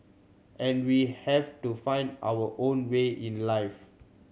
and we have to find our own way in life